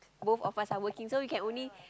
both of us are working so we can only